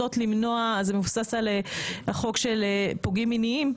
זה מבוסס על החוק של פוגעים מיניים,